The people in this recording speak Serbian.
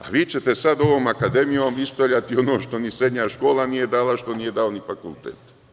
A vi ćete sada ovom akademijom ispravljati ono što ni srednja škola nije dala, što nije dao ni fakultet.